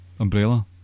Umbrella